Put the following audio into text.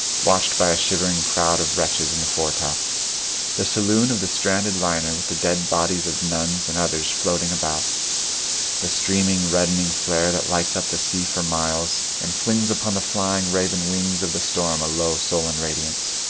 watched by a shivering crowd of wretches in the fore-top the saloon of the stranded liner with the dead bodies of nuns and others floating about the streaming, reddening flare that lights up the sea for miles, and flings upon the flying raven wings of the storm a low sullen radiance,